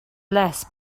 less